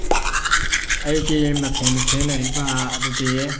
ꯑꯩꯒꯤ ꯃꯊꯦꯜꯗ ꯁꯤꯖꯤꯟꯅꯔꯤꯕ ꯑꯗꯨꯗꯤ